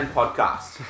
podcast